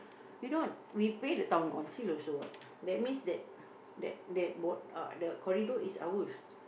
you know we pay the town council also what that's means that that what uh the corridor door is ours